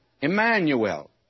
Emmanuel